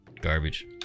garbage